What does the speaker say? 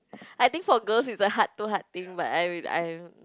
I think for girls is a heart to heart thing but I w~ I